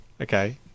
okay